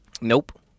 Nope